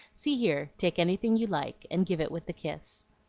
see here take anything you like, and give it with the kiss.